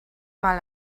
mal